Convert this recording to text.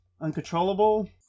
Uncontrollable